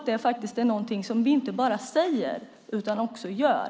Det är någonting som vi inte bara säger utan också gör.